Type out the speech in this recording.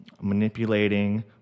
manipulating